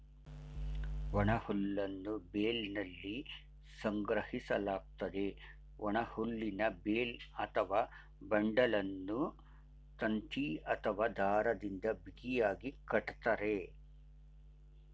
ಒಣಹುಲ್ಲನ್ನು ಬೇಲ್ನಲ್ಲಿ ಸಂಗ್ರಹಿಸಲಾಗ್ತದೆ, ಒಣಹುಲ್ಲಿನ ಬೇಲ್ ಅಥವಾ ಬಂಡಲನ್ನು ತಂತಿ ಅಥವಾ ದಾರದಿಂದ ಬಿಗಿಯಾಗಿ ಕಟ್ತರೆ